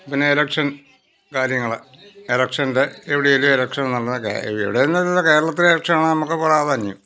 പിന്നെ എലെക്ഷൻ കാര്യങ്ങൾ ഇലക്ഷൻ്റെ എവിടെയെങ്കിലും എലെക്ഷൻ നടന്നതൊക്കെ എവിടെ എങ്കിലും അല്ല കേരളത്തിലെ ഇലക്ഷനാണ് നമുക്ക് പ്രാധാന്യം